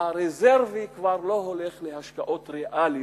הרזרבי כבר לא הולך להשקעות ריאליות,